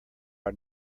our